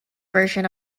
version